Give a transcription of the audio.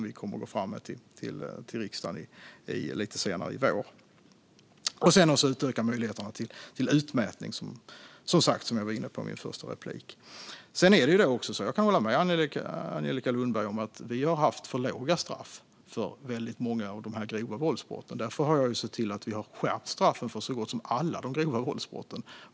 Vi vill som sagt också utöka möjligheten till utmätning. Jag kan hålla med Angelica Lundberg om att vi har haft för låga straff för många grova våldsbrott. Därför har vi under de senaste sju åren sett till att skärpa straffen för så gott som alla grova våldsbrott.